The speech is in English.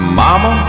mama